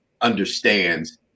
understands